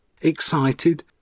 Excited